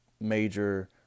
major